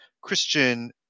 Christian